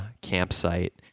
campsite